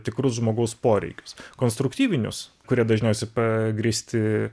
tikrus žmogaus poreikius konstruktyvinius kurie dažniausiai pa grįsti